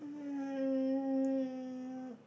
um